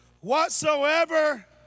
Whatsoever